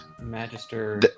Magister